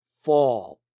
fall